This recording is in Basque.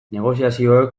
negoziazioek